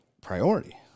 priority